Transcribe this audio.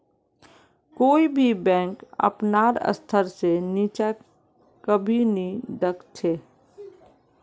कोई भी बैंक अपनार स्तर से नीचा कभी नी दख छे